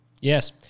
Yes